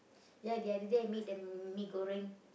ya the other day I make the mee-goreng